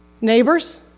Neighbors